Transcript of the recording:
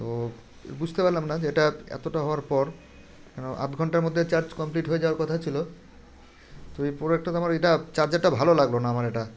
তো বুঝতে পারলাম না যে এটা এতটা হওয়ার পর আধ ঘন্টার মধ্যে চার্জ কমপ্লিট হয়ে যাওয়ার কথা ছিলো তো এই প্রোডাক্টাতে আমার এটা চার্জারটা ভালো লাগলো না আমার এটা